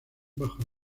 bajo